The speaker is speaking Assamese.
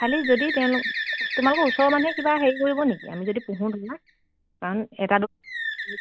খালি যদি তেওঁলোক তোমালোকৰ ওচৰৰ মানুহ কিবা হেৰি কৰিব নেকি আমি যদি পুহো কাৰণ এটা দুটা